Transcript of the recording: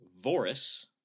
Voris